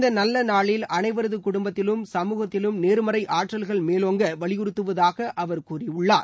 இந்த நல்ல நாளில் அனைவரது குடும்பத்திலும் சமூகத்திலும் நேர்மறை ஆற்றல்கள் மேலோங்க வலியுறுத்துவதாக அவர் கூறியுள்ளார்